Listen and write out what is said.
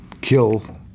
kill